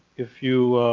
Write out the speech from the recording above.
if you